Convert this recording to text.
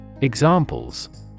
Examples